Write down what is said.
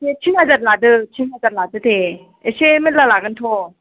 दे तिन हाजार लादो तिन हाजार लादो दे एसे मेरला लागोन थ'